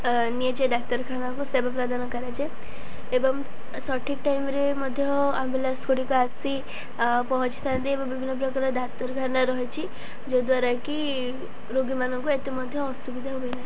ନିଆଯାଏ ଡ଼ାକ୍ତରଖାନାକୁ ସେବା ପ୍ରଦାନ କରାଯାଏ ଏବଂ ସଠିକ୍ ଟାଇମ୍ରେ ମଧ୍ୟ ଆମ୍ବୁଲାନ୍ସଗୁଡ଼ିକ ଆସି ପହଞ୍ଚିଥାନ୍ତି ଏବଂ ବିଭିନ୍ନ ପ୍ରକାର ଡ଼ାକ୍ତରଖାନା ରହିଛି ଯଦ୍ଵାରା କିି ରୋଗୀମାନଙ୍କୁ ଏତେ ମଧ୍ୟ ଅସୁବିଧା ହୁଏ ନାହିଁ